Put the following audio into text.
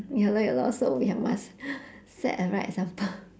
ya lor ya lor so we have must set a right example